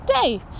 today